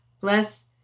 Bless